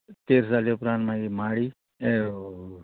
तेर जाले उपरांत मागीर माडी